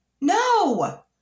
No